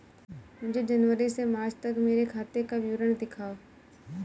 मुझे जनवरी से मार्च तक मेरे खाते का विवरण दिखाओ?